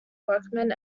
workman